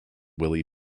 willie